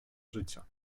życia